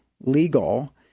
legal